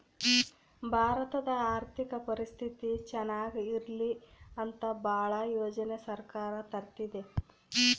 ಭಾರತದ ಆರ್ಥಿಕ ಪರಿಸ್ಥಿತಿ ಚನಾಗ ಇರ್ಲಿ ಅಂತ ಭಾಳ ಯೋಜನೆ ಸರ್ಕಾರ ತರ್ತಿದೆ